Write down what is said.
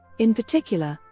in particular,